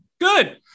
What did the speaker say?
Good